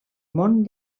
món